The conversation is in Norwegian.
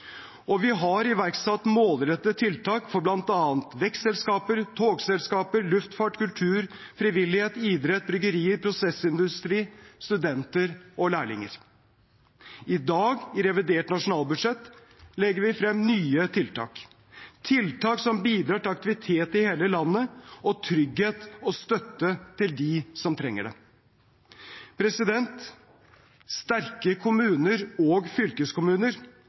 Vi har også iverksatt målrettede tiltak for bl.a. vekstselskaper, togselskaper, luftfart, kultur, frivillighet, idrett, bryggerier, prosessindustri, studenter og lærlinger. I dag, i revidert nasjonalbudsjett, legger vi frem nye tiltak – tiltak som bidrar til aktivitet i hele landet, og trygghet og støtte til dem som trenger det: Sterke kommuner og fylkeskommuner